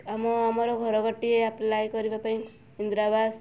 ଆମ ଆମର ଘର ଗୋଟିଏ ଆପ୍ଲାଏ କରିବା ପାଇଁ ଇନ୍ଦିରା ଆବାସ